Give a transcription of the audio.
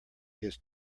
his